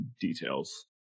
details